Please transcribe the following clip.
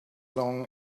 long